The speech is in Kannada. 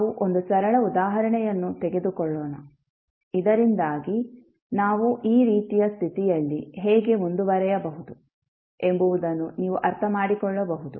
ನಾವು ಒಂದು ಸರಳ ಉದಾಹರಣೆಯನ್ನು ತೆಗೆದುಕೊಳ್ಳೋಣ ಇದರಿಂದಾಗಿ ನಾವು ಈ ರೀತಿಯ ಸ್ಥಿತಿಯಲ್ಲಿ ಹೇಗೆ ಮುಂದುವರಿಯಬಹುದು ಎಂಬುದನ್ನು ನೀವು ಅರ್ಥಮಾಡಿಕೊಳ್ಳಬಹುದು